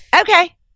Okay